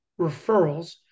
referrals